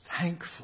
thankful